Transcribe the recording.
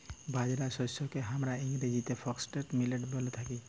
বাজরা শস্যকে হামরা ইংরেজিতে ফক্সটেল মিলেট ব্যলে থাকি